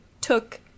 took